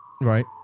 Right